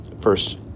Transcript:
first